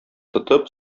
тотып